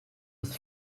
with